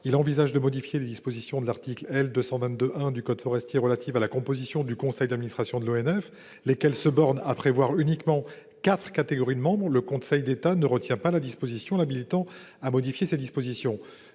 il envisage de modifier les dispositions de l'article L. 222-1 du code forestier relatives à la composition du conseil d'administration de l'ONF, lesquelles se bornent à prévoir quatre catégories de membres, le Conseil d'État ne retient pas la disposition l'habilitant à modifier ces dispositions.